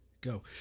go